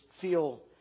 feel